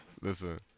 listen